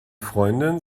freundin